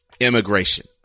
immigration